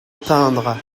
peindre